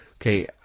Okay